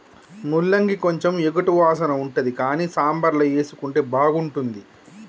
ముల్లంగి కొంచెం ఎగటు వాసన ఉంటది కానీ సాంబార్ల వేసుకుంటే బాగుంటుంది